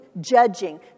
judging